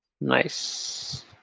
Nice